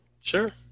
Sure